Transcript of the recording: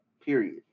period